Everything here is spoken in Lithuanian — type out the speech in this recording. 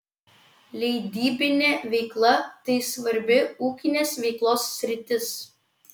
leidybinė veikla tai svarbi ūkinės veiklos sritis